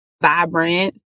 vibrant